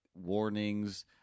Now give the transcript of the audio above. warnings